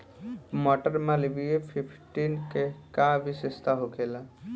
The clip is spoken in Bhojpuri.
मटर मालवीय फिफ्टीन के का विशेषता होखेला?